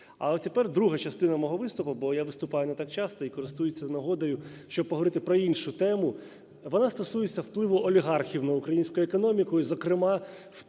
А от тепер друга частина мого виступу, бо я виступаю не так часто і користуюся нагодою, щоб поговорити про іншу тему. Вона стосується впливу олігархів на українську економіку і, зокрема,